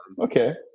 Okay